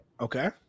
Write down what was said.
Okay